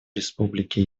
республики